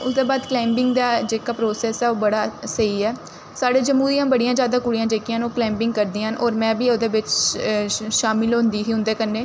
उसदे बाद क्लाइंबिंग दा जेह्का प्रासैस्स ऐ ओह् बड़ा स्हेई ऐ साढ़े जम्मू दियां बड़ियां जैदा कुड़ियां जेह्कियां न ओह् क्लाइंबिंग करदियां न होर में बी ओह्दे बिच्च शामल होंदी ही उं'दे कन्नै